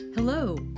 Hello